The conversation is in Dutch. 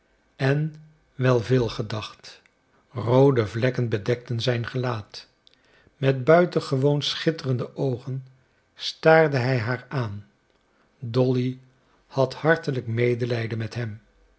en wel veel gedacht roode vlekken bedekten zijn gelaat met buitengewoon schitterende oogen staarde hij haar aan dolly had hartelijk medelijden met hem